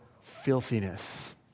filthiness